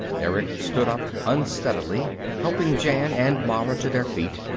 erick stood up unsteadily, helping jan and mara to their feet.